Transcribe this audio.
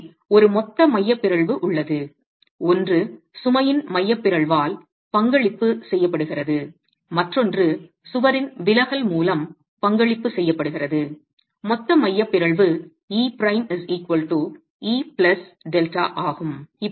எனவே ஒரு மொத்த மைய பிறழ்வு உள்ளது ஒன்று சுமையின் மைய பிறழ்வால் பங்களிப்பு செய்யப்படுகிறது மற்றொன்று சுவரின் விலகல் மூலம் பங்களிப்பு செய்யப்படுகிறது மொத்த மைய பிறழ்வு e e Δ ஆகும்